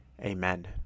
Amen